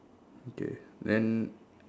okay then